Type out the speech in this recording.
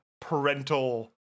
parental